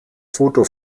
foto